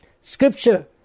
Scripture